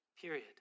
Period